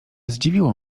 zdziwiło